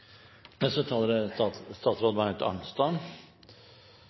neste taler er representanten Anne Marit